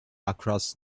across